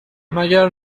مگر